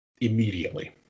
Immediately